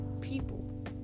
people